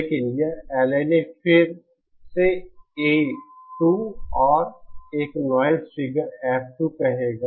लेकिन यह LNA फिर से A2 और एक नॉइज़ फिगर F2 कहेगा